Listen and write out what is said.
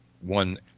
one